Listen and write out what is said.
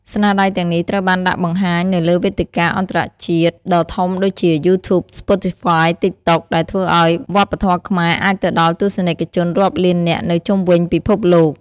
ស្នាដៃទាំងនេះត្រូវបានដាក់បង្ហាញនៅលើវេទិកាអន្តរជាតិដ៏ធំដូចជា YouTube, Spotify, TikTok ដែលធ្វើឲ្យវប្បធម៌ខ្មែរអាចទៅដល់ទស្សនិកជនរាប់លាននាក់នៅជុំវិញពិភពលោក។